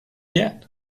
yet